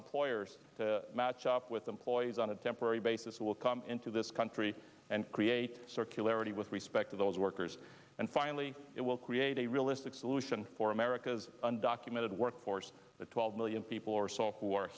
employers to match up with employees on a temporary basis will come into this country and create circularity with respect to those workers and finally it will create a realistic solution for america's undocumented workers the twelve million people or s